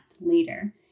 later